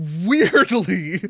weirdly